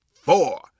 four